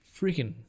freaking